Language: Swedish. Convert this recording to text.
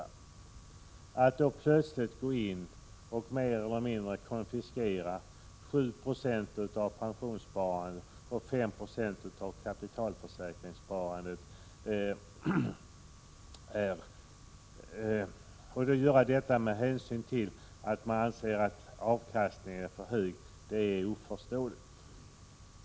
Att regeringen då plötsligt går in och mer eller mindre konfiskerar 7 20 av pensionssparandet och 5 96 av kapitalförsäkringssparandet — med hänvisning till att avkastningen skulle vara för hög — är oförståeligt.